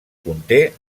conté